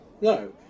No